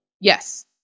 Yes